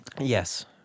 Yes